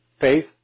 Faith